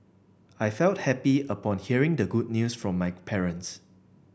I felt happy upon hearing the good news from my parents